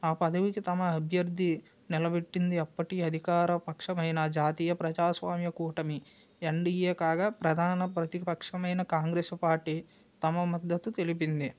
ఆ పదవికి తమ అభ్యర్థి నిలబెట్టింది అప్పటి అధికారపక్షమైనా జాతీయ ప్రజాస్వామ్య కూటమి ఎన్డీఏ కాగా ప్రధాన ప్రతిపక్షమైన కాంగ్రెస్ పార్టీ తమ మద్దతు తెలిపింది